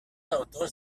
autors